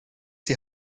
die